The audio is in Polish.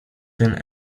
ten